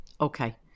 Okay